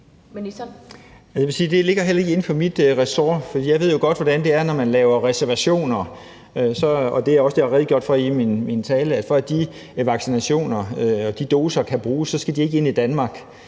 Det ligger heller ikke inden for mit ressort. Jeg ved jo godt, hvordan det er, når man laver reservationer, og det er også det, jeg har redegjort for i min tale. For at de vaccinationer og de doser kan bruges, skal de ikke ind i Danmark.